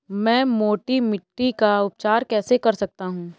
मैं मोटी मिट्टी का उपचार कैसे कर सकता हूँ?